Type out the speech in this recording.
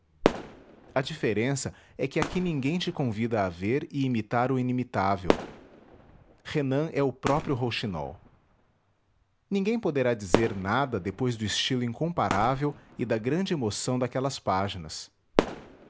a diferença é que aqui ninguém te convida a ver e imitar o inimitável renan é o próprio rouxinol ninguém poderá dizer nada depois do estilo incomparável e da grande emoção daquelas páginas